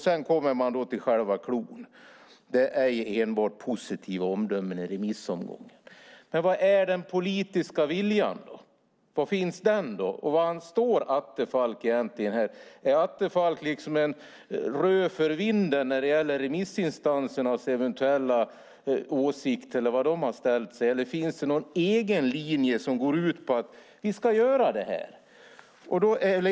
Sedan kommer man till själva cloun: Det är ej enbart positiva omdömen i remissomgången. Var är den politiska viljan? Var finns den? Var står Attefall egentligen här? Är Attefall ett rö för vinden när det gäller remissinstansernas eventuella åsikter? Finns det någon egen linje som går ut på att vi ska göra detta?